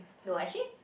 no actually